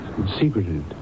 secreted